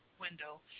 window